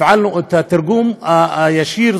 הפעלנו את התרגום הישיר,